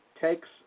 takes